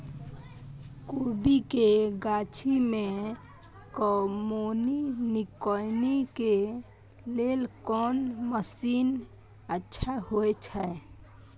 कोबी के गाछी में कमोनी निकौनी के लेल कोन मसीन अच्छा होय छै?